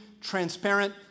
transparent